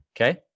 okay